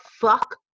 fuck